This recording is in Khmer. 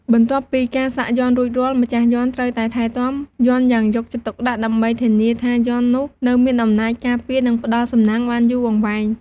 បន្ទាប់ពីការសាក់យ័ន្តរួចរាល់ ម្ចាស់យន្តត្រូវតែថែទាំ យន្តយ៉ាងយកចិត្តទុកដាក់ ដើម្បីធានាថាយន្តនោះនៅមានអំណាចការពារ និងផ្ដល់សំណាងបានយូរអង្វែង។